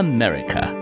America